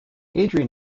adrian